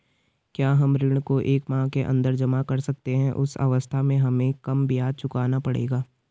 क्या हम ऋण को एक माह के अन्दर जमा कर सकते हैं उस अवस्था में हमें कम ब्याज चुकाना पड़ेगा?